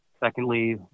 Secondly